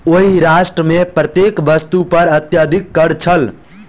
ओहि राष्ट्र मे प्रत्येक वस्तु पर अत्यधिक कर छल